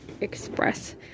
express